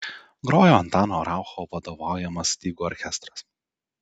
grojo antano raucho vadovaujamas stygų orkestras